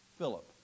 Philip